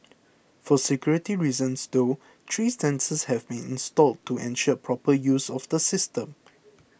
for security reasons though three sensors have been installed to ensure proper use of the system